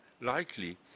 likely